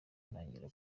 ntangira